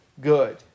good